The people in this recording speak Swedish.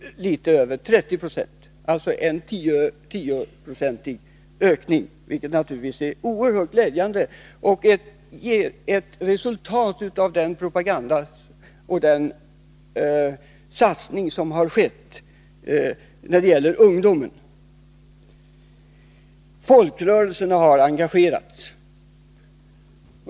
Det har alltså varit en 10-procentig ökning, vilket naturligtvis är oerhört glädjande. Detta är ett resultat av den propaganda och den satsning som skett när det gäller ungdomen. Folkrörelserna har engagerats.